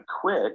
quit